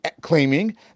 Claiming